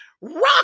Rock